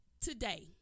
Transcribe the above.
today